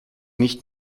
nicht